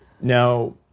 Now